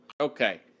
okay